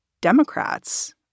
Democrats